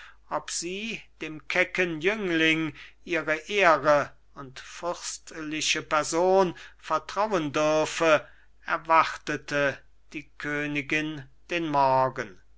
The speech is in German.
ob sie dem kecken jüngling ihre ehre und fürstliche person vertrauen dürfe erwartete die königin den morgen